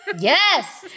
Yes